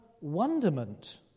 wonderment